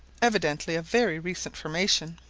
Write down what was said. evidently of very recent formation.